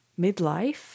Midlife